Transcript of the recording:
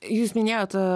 jūs minėjot